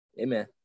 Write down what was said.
Amen